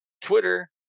Twitter